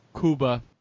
Cuba